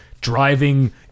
driving